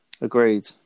Agreed